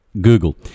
Google